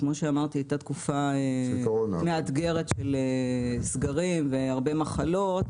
שכמו שאמרתי הייתה תקופה מאתגרת של סגרים והרבה מחלות,